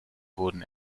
wurden